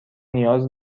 نیاز